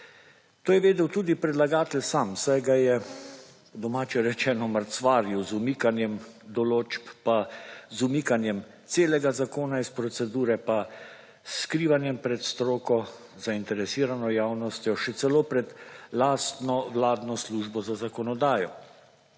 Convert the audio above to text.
To je vedel tudi predlagatelj sam, saj ga je domače rečeno mrcvaril z umikanjem določb pa z umikanjem celega zakona iz procedure pa s skrivanjem pred stroko, zainteresirano javnostjo še celo pred lastno vladno službo za zakonodajo.